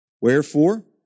Wherefore